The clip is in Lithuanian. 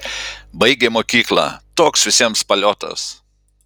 baigėm mokyklą toks visiems paliotas